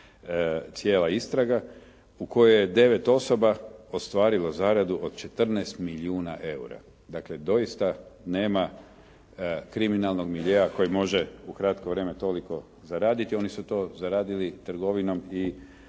cijela istraga u kojoj je devet osoba ostvarilo zaradu od 14 milijuna eura. Dakle, doista nema kriminalnog miljea koji može u kratko vrijeme toliko zaraditi. Oni su to zaradili trgovinom i